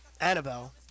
Annabelle